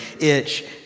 itch